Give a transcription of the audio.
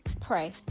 pray